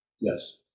Yes